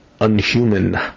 unhuman